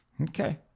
okay